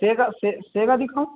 सेगा सेगा दिखाऊँ